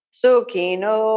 sukino